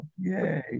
Yay